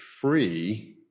free